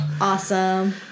Awesome